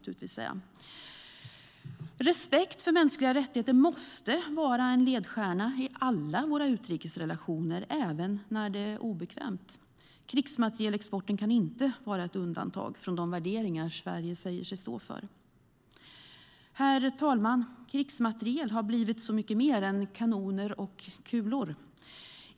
Respekt för mänskliga rättigheter måste vara en ledstjärna i alla våra utrikesrelationer även när det är obekvämt. Krigsmaterielexporten kan inte vara ett undantag från de värderingar Sverige säger sig stå för. Herr talman! Krigsmateriel har blivit så mycket mer än kanoner och kulor.